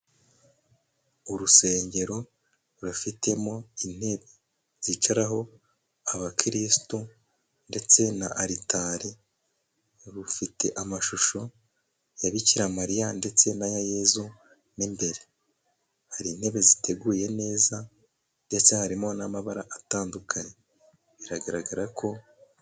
Urusengero rufitemo intebe zicaraho abakirisitu ndetse na aritari, rufite amashusho ya bikiramariya ndetse n'aya yezu mo imbere hari intebe ziteguye neza ndetse harimo n'amabara atandukanye biragaragara ko...